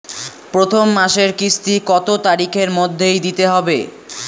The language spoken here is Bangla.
প্রথম মাসের কিস্তি কত তারিখের মধ্যেই দিতে হবে?